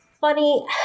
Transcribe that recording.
funny